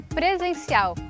presencial